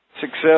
Success